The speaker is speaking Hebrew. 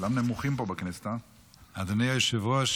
אדוני היושב-ראש,